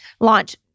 launch